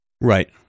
Right